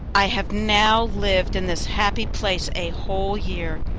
i have now lived in this happy place a whole year.